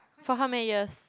for how many years